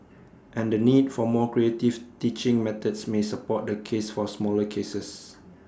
and the need for more creative teaching methods may support the case for smaller classes